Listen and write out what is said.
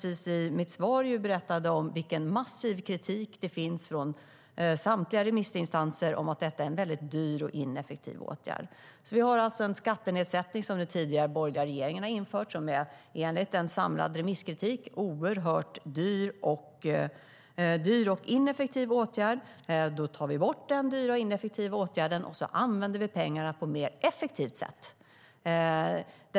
I mitt svar berättade jag vilken massiv kritik det finns från samtliga remissinstanser för att detta är en väldigt dyr och ineffektiv åtgärd. Vi har alltså en skattenedsättning som den tidigare borgerliga regeringen införde, som enligt en samlad remisskritik är en oerhört dyr och ineffektiv åtgärd. Då tar vi bort den dyra och ineffektiva åtgärden, och vi använder pengarna på ett mer effektivt sätt.